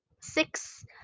Six